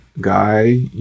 guy